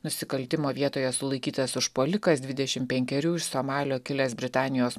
nusikaltimo vietoje sulaikytas užpuolikas dvidešimt penkerių iš somalio kilęs britanijos